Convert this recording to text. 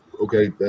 okay